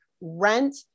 Rent